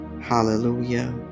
hallelujah